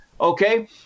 okay